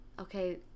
Okay